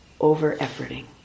over-efforting